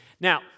Now